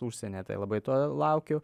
užsienyje tai labai to laukiu